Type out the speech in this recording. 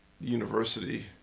university